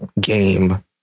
game